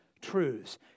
truths